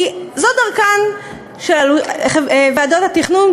כי זו דרכן של ועדות התכנון,